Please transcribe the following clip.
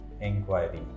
inquiry